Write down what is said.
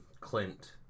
Clint